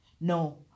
no